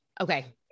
Okay